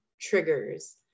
triggers